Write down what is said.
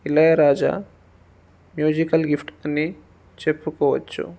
Ilaiyaraaja musical gift అని చెప్పుకోవచ్చు